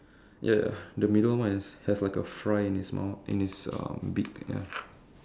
ya ya the middle one is has like a fry in its mouth in its beak ya